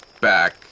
back